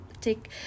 take